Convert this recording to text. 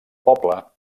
poble